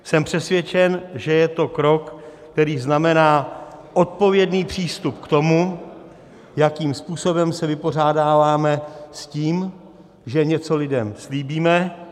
Jsem přesvědčen, že je to krok, který znamená odpovědný přístup k tomu, jakým způsobem se vypořádáváme s tím, že něco lidem slíbíme.